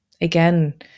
again